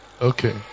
Okay